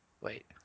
wait